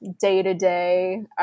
Day-to-day